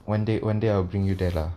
one day one day I will bring you there lah